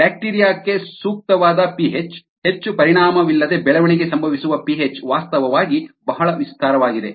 ಬ್ಯಾಕ್ಟೀರಿಯಾಕ್ಕೆ ಸೂಕ್ತವಾದ ಪಿಹೆಚ್ ಹೆಚ್ಚು ಪರಿಣಾಮವಿಲ್ಲದೆ ಬೆಳವಣಿಗೆ ಸಂಭವಿಸುವ ಪಿಹೆಚ್ ವಾಸ್ತವವಾಗಿ ಬಹಳ ವಿಸ್ತಾರವಾಗಿದೆ